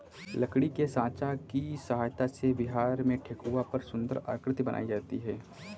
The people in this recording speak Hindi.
लकड़ी के साँचा की सहायता से बिहार में ठेकुआ पर सुन्दर आकृति बनाई जाती है